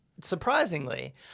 Surprisingly